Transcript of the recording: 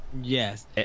Yes